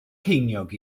ceiniog